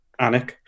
Anik